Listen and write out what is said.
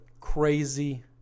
crazy